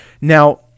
Now